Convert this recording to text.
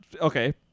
Okay